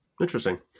Interesting